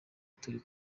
turi